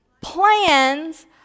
plans